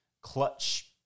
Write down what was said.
clutch